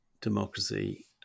democracy